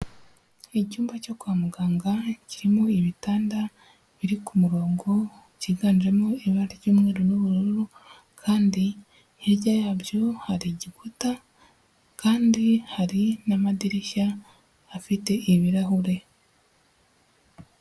Icyumba cyo kwa muganga kirimo ibitanda biri ku murongo byiganjemo ibara ry'umweru n'ubururu, kandi hirya yabyo hari igikuta, kandi hari n'amadirishya afite ibirahure.